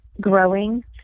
growing